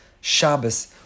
Shabbos